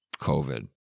COVID